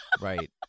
Right